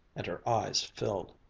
and her eyes filled.